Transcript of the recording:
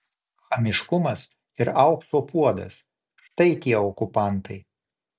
chamiškumas ir aukso puodas štai tie okupantai